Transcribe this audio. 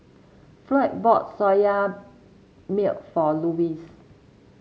Floyd bought Soya Milk for Louis